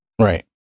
Right